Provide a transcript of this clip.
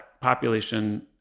population